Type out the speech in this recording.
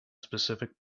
specific